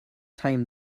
time